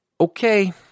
okay